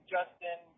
Justin